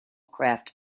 kraft